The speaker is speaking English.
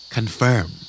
Confirm